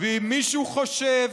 ואם מישהו חושב,